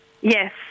Yes